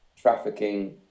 trafficking